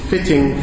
fitting